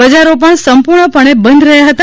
બજારો પણ સંપુર્ણ પણે બંધ રહયાં હતા